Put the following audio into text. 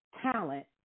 talent